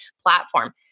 platform